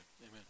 Amen